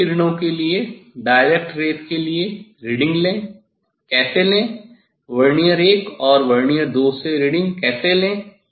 सीधी किरणों के लिए रीडिंग कैसे लें वर्नियर 1 और वर्नियर 2 से रीडिंग कैसे लें